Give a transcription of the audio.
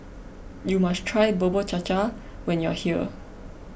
you must try Bubur Cha Cha when you are here